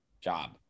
job